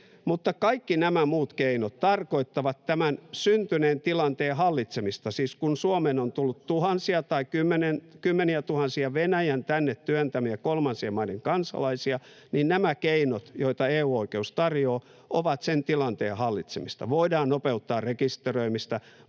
Mutta kaikki nämä muut keinot tarkoittavat tämän syntyneen tilanteen hallitsemista. Siis kun Suomeen on tullut tuhansia tai kymmeniätuhansia Venäjän tänne työntämiä kolmansien maiden kansalaisia, niin nämä keinot, joita EU-oikeus tarjoaa, ovat sen tilanteen hallitsemista: voidaan nopeuttaa rekisteröimistä,